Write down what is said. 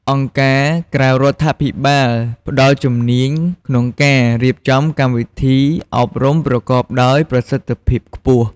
អង្គការក្រៅរដ្ឋាភិបាលផ្ដល់ជំនាញក្នុងការរៀបចំកម្មវិធី អប់រំប្រកបដោយប្រសិទ្ធភាពខ្ពស់។